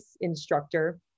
instructor